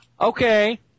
Okay